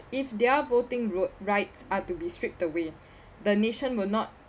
if their voting road rights are to be stripped away the nation will not